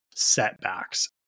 Setbacks